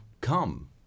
come